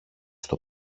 στο